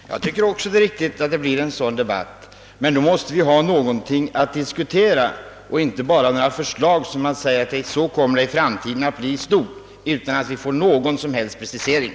Herr talman! Jag tycker också att det är riktigt att det blir debatt om dessa frågor, men då måste vi ha något reellt att diskutera och inte bara några allmänna uttalanden om att »så här kommer det att bli i framtiden i stort». Det måste lämnas en precisering.